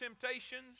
temptations